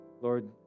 Lord